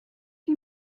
die